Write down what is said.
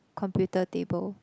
computer table